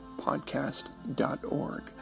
podcast.org